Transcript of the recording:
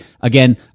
Again